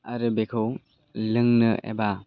आरो बेखौ लोंनो एबा